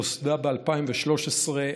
שנוסדה ב-2013,